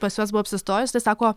pas juos buvau apsistojus tai sako